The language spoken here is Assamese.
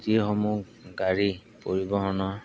যিসমূহ গাড়ী পৰিবহণৰ